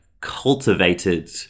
cultivated